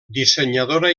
dissenyadora